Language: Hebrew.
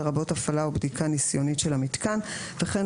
לרבות הפעלה או בדיקה ניסיונית של המיתקן וכן